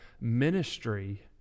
ministry